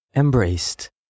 Embraced